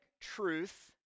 truth